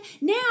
now